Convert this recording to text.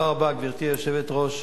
גברתי היושבת-ראש,